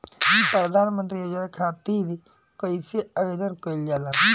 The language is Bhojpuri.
प्रधानमंत्री योजना खातिर कइसे आवेदन कइल जाला?